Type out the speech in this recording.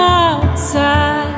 outside